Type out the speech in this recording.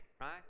Right